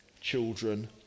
children